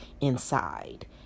inside